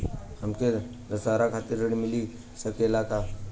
हमके दशहारा खातिर ऋण मिल सकेला का?